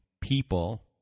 people